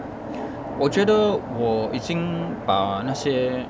我觉得我已经把那些